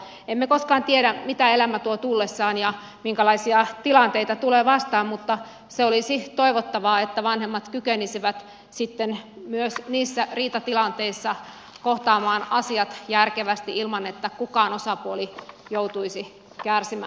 emme koskaan tiedä mitä elämä tuo tullessaan ja minkälaisia tilanteita tulee vastaan mutta se olisi toivottavaa että vanhemmat kykenisivät sitten myös niissä riitatilanteissa kohtaamaan asiat järkevästi ilman että kukaan osapuoli joutuisi kärsimään